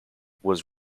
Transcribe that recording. was